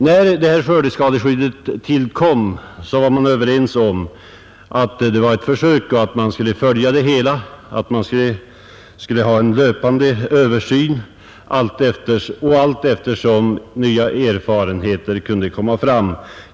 När skördeskadeskyddet tillkom var man överens om att det var ett försök och att man skulle följa utvecklingen, att man skulle ha en löpande översyn och göra förbättringar allteftersom nya erfarenheter kunde komma fram.